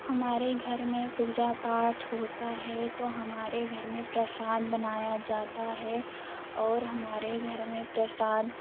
हमारे घर में पूजा पाठ होता है तो हमारे घर में प्रसाद बनाया जाता है और हमारे घर में प्रसाद